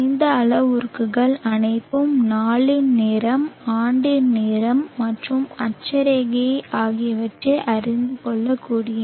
இந்த அளவுருக்கள் அனைத்தும் நாளின் நேரம் ஆண்டின் நேரம் மற்றும் அட்சரேகை ஆகியவற்றை அறிந்து கொள்ளக்கூடியவை